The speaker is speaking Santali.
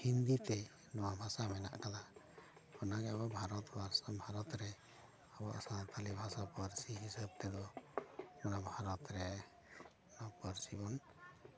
ᱦᱤᱱᱫᱤ ᱛᱮ ᱱᱚᱣᱟ ᱵᱷᱟᱥᱟ ᱢᱮᱱᱟᱜ ᱟᱠᱟᱫᱟ ᱚᱱᱟ ᱜᱮ ᱟᱵᱚ ᱵᱷᱟᱨᱚᱛ ᱨᱮ ᱟᱵᱚᱭᱟᱜ ᱥᱟᱶᱛᱟᱞᱤ ᱵᱷᱟᱥᱟ ᱯᱟᱹᱨᱥᱤ ᱦᱤᱥᱟᱹᱵᱽ ᱛᱮᱫᱚ ᱚᱱᱟ ᱵᱷᱟᱨᱚᱛ ᱨᱮ ᱯᱟᱹᱨᱥᱤ ᱵᱚᱱ